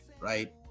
right